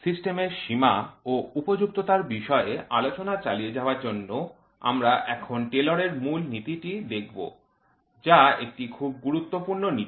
সিস্টেমের সীমা ও উপযুক্তার বিষয়ে আলোচনা চালিয়ে যাওয়ার জন্য আমরা এখন টেলরের মূলনীতি Taylor's principle টি দেখব যা একটি খুব গুরুত্বপূর্ণ নীতি